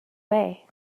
way